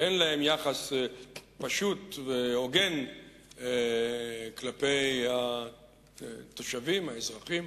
שאין להם יחס פשוט והוגן כלפי התושבים, האזרחים